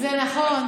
זה נכון.